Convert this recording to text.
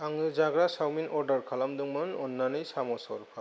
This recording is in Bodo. आङो जाग्रा सावमिन अरदार खालामदोंमोन अननानै सामस हरफा